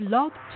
Love